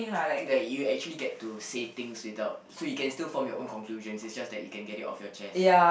that you actually get to say things without so you can still form your own conclusions it's just that you can get it off your chest